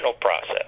process